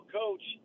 coach